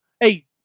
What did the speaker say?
Hey